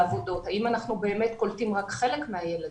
האם אנחנו באמת קולטים רק חלק מהילדים,